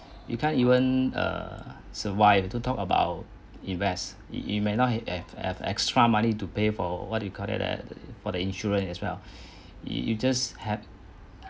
you can't even err survive to talk about invest it may not have have extra money to pay for what do you call that the for the insurance as well you just have